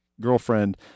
girlfriend